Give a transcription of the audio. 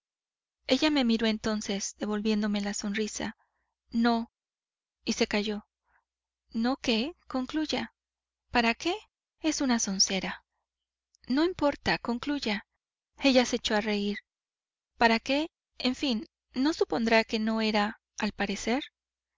ella me miró entonces devolviéndome la sonrisa no y se calló no qué concluya para qué es una zoncera no importa concluya ella se echó a reir para qué en fin no supondrá que no era al parecer